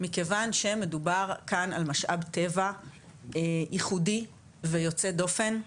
מכיוון שמדובר כאן על משאב טבע ייחודי ויוצא דופן,